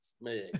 man